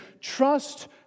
trust